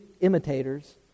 imitators